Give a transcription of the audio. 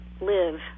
live